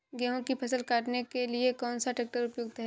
गेहूँ की फसल काटने के लिए कौन सा ट्रैक्टर उपयुक्त है?